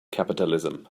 capitalism